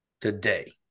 today